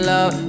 Love